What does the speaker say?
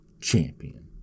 champion